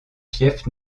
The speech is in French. fiefs